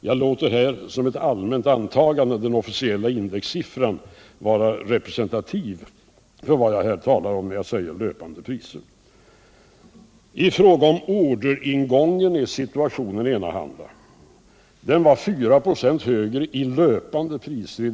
Jag låter här som ett allmänt antagande den officiella indexsiffran vara representativ för vad jag här talar om när jag säger löpande priser.